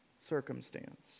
circumstance